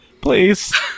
Please